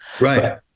right